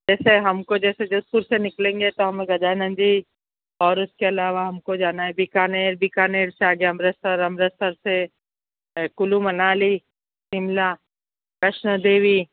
जैसे हम को जैसे जोधपुर से निकलेंगे तो हमें गजानंद जी और उसके अलावा हम को जाना है बीकानेर बीकानेर से आगे अमृतसर अमृतसर से कूल्लू मनाली शिमला वैष्णो देवी